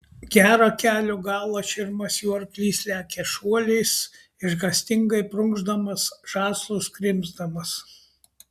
gerą kelio galą širmas jų arklys lekia šuoliais išgąstingai prunkšdamas žąslus krimsdamas